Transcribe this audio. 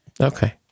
okay